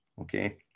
okay